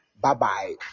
bye-bye